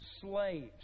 slaves